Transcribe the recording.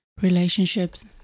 relationships